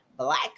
black